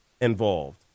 involved